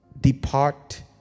Depart